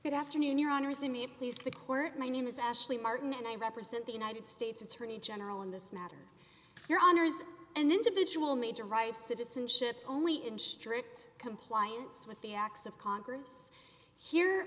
court my name is ashley martin and i represent the united states attorney general in this matter your honour's an individual major right citizenship only in strict compliance with the acts of congress here